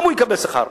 גם הוא יקבל שכר.